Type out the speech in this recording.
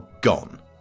gone